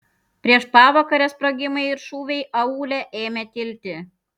prieš pavakarę sprogimai ir šūviai aūle ėmė tilti